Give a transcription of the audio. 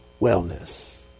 wellness